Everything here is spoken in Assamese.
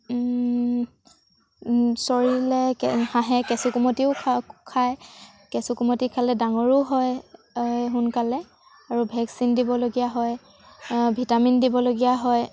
চৰিলে হাঁহে কেঁচু কুমতিও খায় কেঁচু কুমতি খালে ডাঙৰো হয় সোনকালে আৰু ভেকচিন দিবলগীয়া হয় ভিটামিন দিবলগীয়া হয়